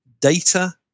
data